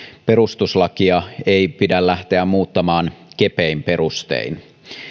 perustuslakia ei pidä lähteä muuttamaan kepein perustein